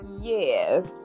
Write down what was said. yes